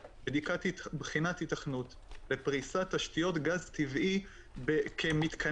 בחינת היתכנות ופריסת תשתיות גז טבעי כמתקני